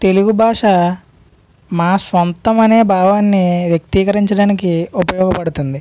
తెలుగు భాష మా స్వంతం అనే భావాన్ని వ్యక్తీకరించడానికి ఉపయోగపడుతుంది